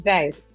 Right